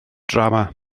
drama